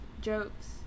jokes